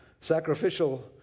Sacrificial